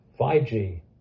5G